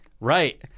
Right